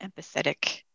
empathetic